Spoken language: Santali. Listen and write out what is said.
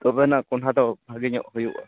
ᱛᱚᱵᱮᱭᱟᱱᱟ ᱠᱚᱸᱰᱦᱟ ᱫᱚ ᱵᱷᱟᱹᱜᱤ ᱧᱚᱜ ᱦᱩᱭᱩᱜᱼᱟ